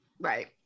Right